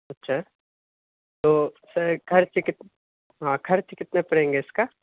اچھا تو سر خرچ ہاں خرچ کتنا پڑیں گے اس کا